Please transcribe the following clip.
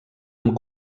amb